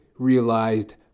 realized